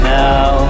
now